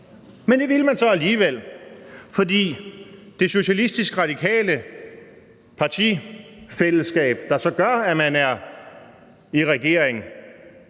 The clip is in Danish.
Men det ville man så alligevel, for det socialistisk-radikale partifællesskab, der så gør, at man er i regering,